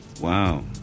Wow